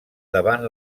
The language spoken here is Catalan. davant